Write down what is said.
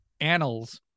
annals